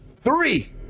three